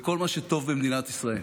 בכל מה שטוב במדינת ישראל.